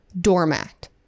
doormat